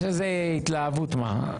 זו התלהבות מה.